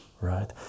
right